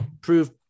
prove